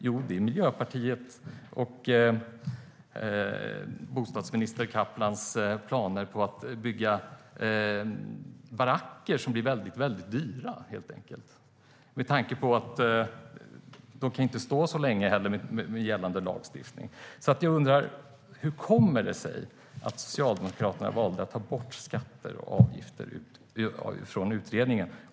Jo, det är Miljöpartiets och bostadsminister Kaplans planer på att bygga baracker som blir väldigt dyra med tanke på att de inte kan stå så länge med gällande lagstiftning. Jag undrar hur det kommer sig att Socialdemokraterna valde att ta bort skatter och avgifter från utredningen.